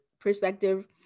perspective